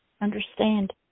Understand